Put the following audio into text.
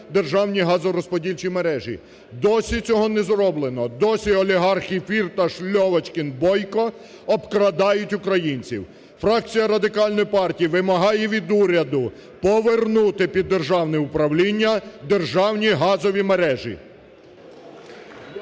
державні газорозподільчі мережі. Досі цього не зроблено! Досі олігархи Фірташ, Льовочкін, Бойко обкрадають українців. Фракція Радикальної партії вимагає від уряду повернути під державне управління державні газові мережі.